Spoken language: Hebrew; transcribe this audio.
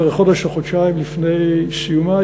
בערך חודש או חודשיים לפני סיומה,